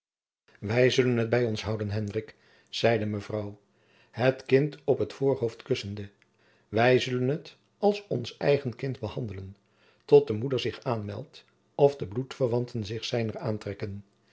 wij zullen het bij ons houden hendrik zeide mevrouw het kind op het voorhoofd kussende wij zullen het als ons eigen kind behandelen tot de moeder zich aanmeldt of de bloedverwanten zich zijner aantrekken